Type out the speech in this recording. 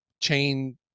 chain